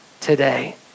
today